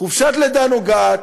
חופשת לידה, נוגע,